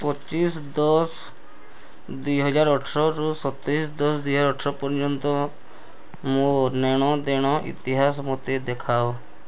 ପଚିଶ ଦଶ ଦୁଇ ହଜାର ଅଠରରୁ ସତେଇଶ ବାର ଦୁଇ ହଜାର ଅଠର ପର୍ଯ୍ୟନ୍ତ ମୋ ନେଣ ଦେଣ ଇତିହାସ ମୋତେ ଦେଖାଅ